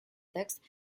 text